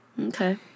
Okay